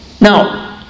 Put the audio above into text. Now